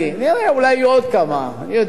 נראה, אולי יהיו עוד כמה, אני יודע?